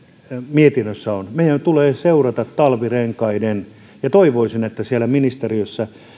mietinnössä on on tärkeä meidän tulee seurata talvirenkaiden tilannetta ja toivoisin että siellä ministeriössä